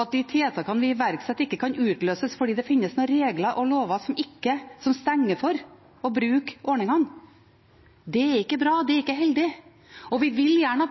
at de tiltakene vi iverksetter, ikke kan utløses fordi det finnes noen regler og lover som stenger for å bruke ordningene. Det er ikke bra; det er ikke heldig. Vi vil gjerne